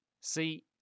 See